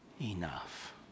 enough